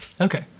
Okay